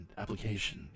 application